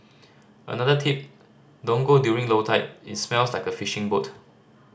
another tip don't go during low tide it smells like a fishing boat